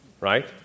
right